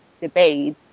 debate